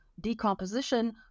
decomposition